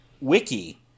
wiki